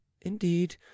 Indeed